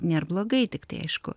nėr blogai tiktai aišku